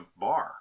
bar